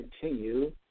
continue